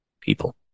people